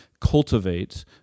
cultivate